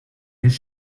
his